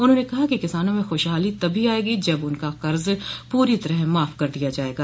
उन्होंने कहा कि किसानों में ख्रशहाली तभी आएगी जब उनका कर्ज पूरी तरह माफ कर दिया जाएगा